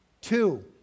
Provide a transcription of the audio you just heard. Two